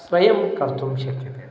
स्वयं कर्तुं शक्यते